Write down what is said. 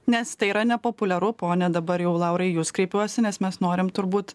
nes tai yra nepopuliaru pone dabar jau laurai į jus kreipiuosi nes mes norim turbūt